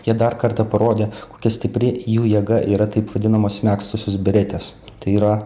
jie dar kartą parodė kokia stipri jų jėga yra taip vadinamos megztosios beretės tai yra